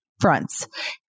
fronts